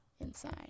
inside